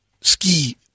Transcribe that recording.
ski